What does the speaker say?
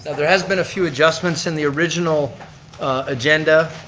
ah there has been a few adjustments in the original agenda.